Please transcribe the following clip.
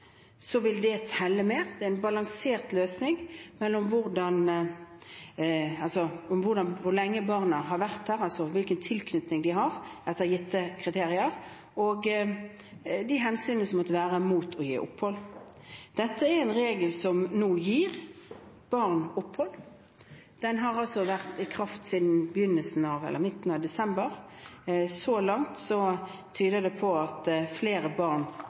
vil det telle med. Det er en balansert løsning mellom hvor lenge barna har vært her, altså hvilken tilknytning de har, etter gitte kriterier, og de hensynene som måtte være mot å gi opphold. Dette er en regel som nå gir barn opphold. Den har vært i kraft siden midten av desember. Så langt tyder det på at flere barn